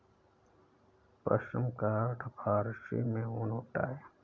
पश्म का अर्थ फारसी में ऊन होता है